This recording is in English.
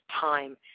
time